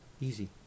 Easy